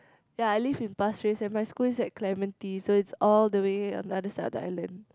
ya I live in Pasir Ris and my school is at Clementi so it's all the way on the other side of the island